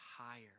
higher